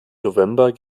november